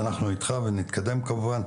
ואנחנו איתך ונתקדם כמובן,